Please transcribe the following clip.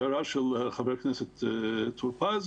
הערה של חבר הכנסת טור פז,